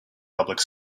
public